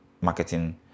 marketing